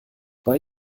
bei